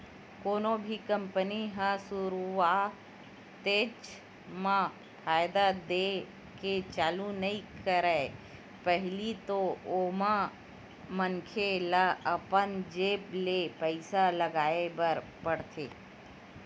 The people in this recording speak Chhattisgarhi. कोनो भी कंपनी ह सुरुवातेच म फायदा देय के चालू नइ करय पहिली तो ओमा मनखे ल अपन जेब ले पइसा लगाय बर परथे